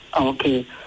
Okay